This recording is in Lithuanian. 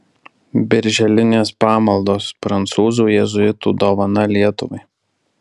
birželinės pamaldos prancūzų jėzuitų dovana lietuvai